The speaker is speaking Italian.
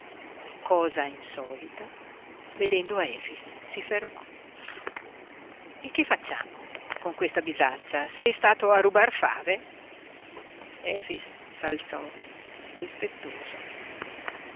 cosa insolita vedendo efix si fermò e che facciamo con questa bisaccia sei stato a rubar fave efix s'alzò rispettoso